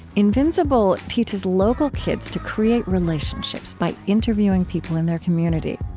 invincible teaches local kids to create relationships by interviewing people in their community.